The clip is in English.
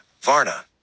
Varna